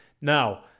Now